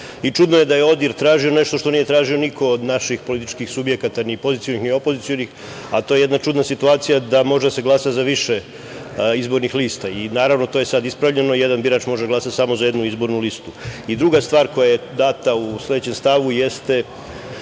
čudno je da je ODIR tražio nešto što nije tražio niko od naših političkih subjekata, ni pozicionih, ni opozicionih, a to je jedna čudna situacija, da može da se glasa za više izbornih lista. Naravno, to je sad ispravljeno. Jedan birač može da glasa samo za jednu izbornu listu. Druga stvar koja je data u sledećem stavu jeste